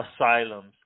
asylums